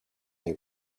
new